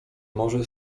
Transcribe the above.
może